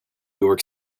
york